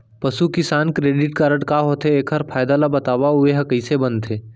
पसु किसान credit card का होथे, एखर फायदा ला बतावव अऊ एहा कइसे बनथे?